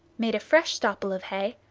made a fresh stopple of hay,